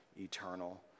eternal